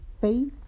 Faith